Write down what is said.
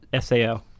SAO